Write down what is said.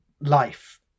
Life